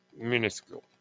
minuscule